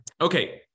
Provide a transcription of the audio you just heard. Okay